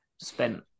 Spent